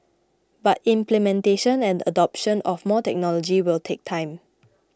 but implementation and adoption of more technology will take time